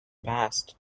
passed